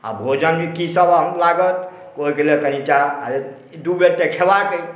आ भोजनमे की सब अन्न लागत ओहिलए कनीटा अरे दू बेर तँ खेबाक अछि